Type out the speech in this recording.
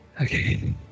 Okay